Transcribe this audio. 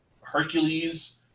Hercules